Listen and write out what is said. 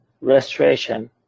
restoration